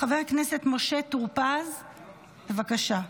חבר הכנסת משה טור פז, בבקשה.